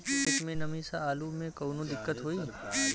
खेत मे नमी स आलू मे कऊनो दिक्कत होई?